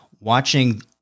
watching